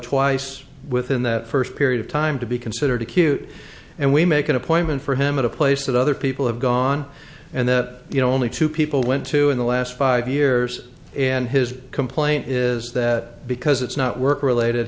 twice within that first period of time to be considered acute and we make an appointment for him in a place that other people have gone and that you know only two people went to in the last five years and his complaint is that because it's not work related